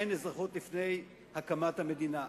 אין אזרחות לפני הקמת המדינה.